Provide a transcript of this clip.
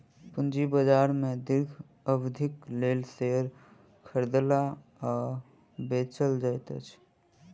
पूंजी बाजार में दीर्घ अवधिक लेल शेयर खरीदल आ बेचल जाइत अछि